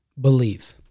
believe